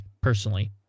personally